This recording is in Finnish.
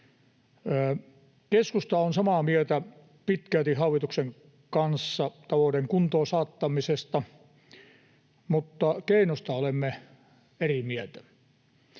Keskusta on pitkälti samaa mieltä hallituksen kanssa talouden kuntoon saattamisesta, mutta keinoista olemme eri mieltä.